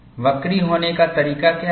वक्री होने का तरीका क्या है